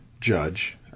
judge